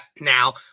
now